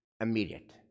immediate